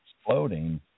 exploding